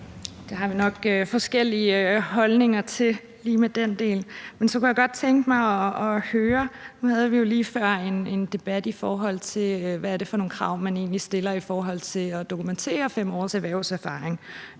del har vi nok forskellige holdninger til. Jeg kunne godt tænke mig at høre om noget. Nu havde vi lige før en debat om, hvad det er for nogle krav, man egentlig stiller til i forhold til at dokumentere 5 års erhvervserfaring.